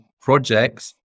projects